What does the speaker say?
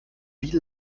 wie